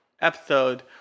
Episode